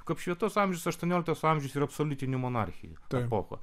juk apšvietos amžius aštuonioliktas amžius ir absoliutinių monarchijų epocha